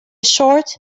short